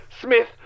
Smith